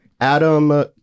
Adam